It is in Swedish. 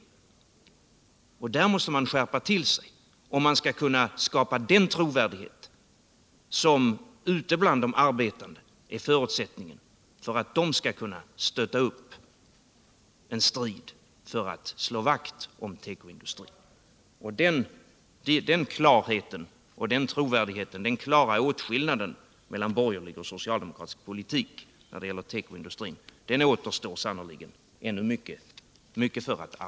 I dessa avseenden måste socialdemokratin skärpa till sig, om man skall kunna skapa den trovärdighet som ute bland de arbetande är förutsättningen för att stötta upp en strid för att slå vakt om tekoindustrin. När det gäller att arbeta fram den klarheten och trovärdigheten och den klara åtskillnaden mellan borgerlig och socialdemokratisk politik i samband med tekoindustrin återstår sannerligen mycket att göra.